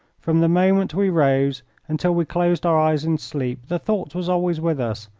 from the moment we rose until we closed our eyes in sleep the thought was always with us,